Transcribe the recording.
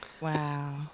Wow